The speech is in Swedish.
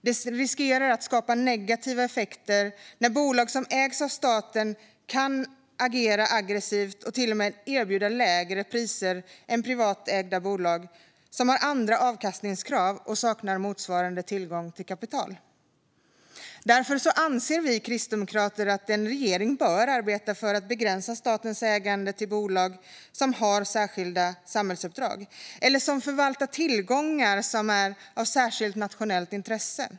Det riskerar att skapa negativa effekter när bolag som ägs av staten kan agera aggressivt och till och med erbjuda lägre priser än privatägda bolag som har andra avkastningskrav och saknar motsvarande tillgång till kapital. Därför anser vi kristdemokrater att en regering bör arbeta för att begränsa statens ägande till bolag som har särskilda samhällsuppdrag eller som förvaltar tillgångar som är av särskilt nationellt intresse.